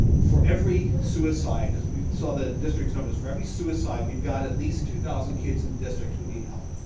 for every suicide, as we saw the district's numbers, for every suicide, we've got at least two thousand kids in the district who need help.